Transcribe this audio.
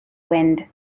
wind